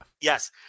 Yes